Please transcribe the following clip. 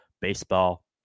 baseball